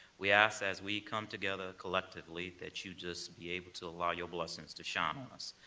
we ask as we come together collectively that you just be able to allow your blessings to shine on us.